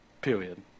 period